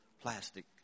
plastic